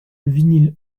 vinyle